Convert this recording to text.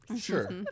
Sure